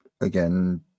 Again